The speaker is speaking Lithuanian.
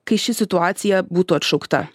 kai ši situacija būtų atšaukta